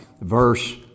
verse